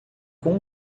com